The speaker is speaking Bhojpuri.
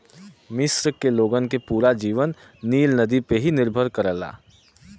मिस्र के लोगन के पूरा जीवन नील नदी पे ही निर्भर करेला